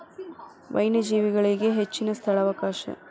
ವನ್ಯಜೇವಿಗಳಿಗೆ ಹೆಚ್ಚಿನ ಸ್ಥಳಾವಕಾಶ